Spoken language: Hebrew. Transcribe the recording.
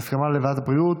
בהסכמה, לוועדת הבריאות.